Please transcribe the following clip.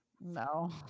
No